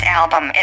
album